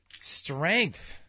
Strength